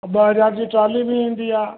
अ ॿ हज़ार जी ट्रॉली बि ईंदी आहे